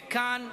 וכאן,